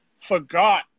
Forgot